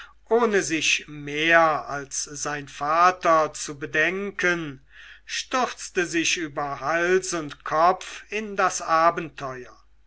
ohne sich mehr als sein vater zu bedenken stürzte sich über hals und kopf in das abenteuer